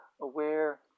aware